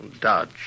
Dodge